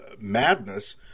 madness